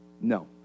no